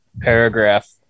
paragraph